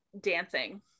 dancing